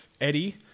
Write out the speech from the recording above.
Eddie